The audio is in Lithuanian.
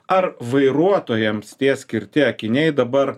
ar vairuotojams tie skirti akiniai dabar